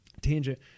tangent